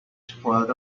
spoiled